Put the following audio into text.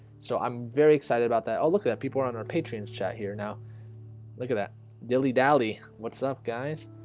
so i'm very excited about that oh look at that people are on our patreon chat here now look at that dilly dally. what's up guys?